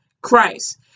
Christ